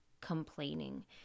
complaining